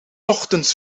ochtends